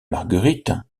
marguerite